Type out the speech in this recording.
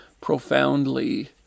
profoundly